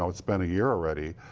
ah but spend a year already,